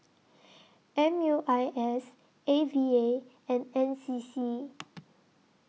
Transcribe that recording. M U I S A V A and N C C